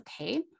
okay